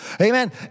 Amen